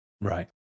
Right